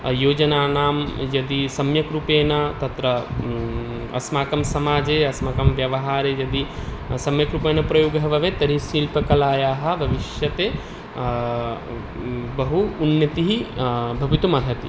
योजनानां यदि सम्यक् रूपेण तत्र अस्माकं समाजे अस्माकं व्यवहारे यदि सम्यक् रूपेण प्रयोगः भवेत् तर्हि शिल्पकलायाः भविष्यति बहून्नतिः भवितुमर्हति